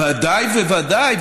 ודאי וודאי,